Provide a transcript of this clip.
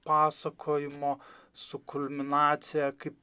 pasakojimo su kulminacija kaip